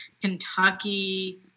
Kentucky